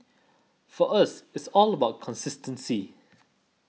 for us it's all about consistency